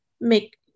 make